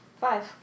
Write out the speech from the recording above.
Five